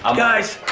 ah guys,